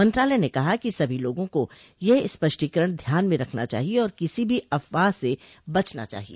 मंत्रालय ने कहा कि सभी लोगों को यह स्पष्टीकरण ध्यान में रखना चाहिए और किसी भी अफवाह से बचना चाहिए